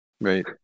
Right